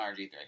RG3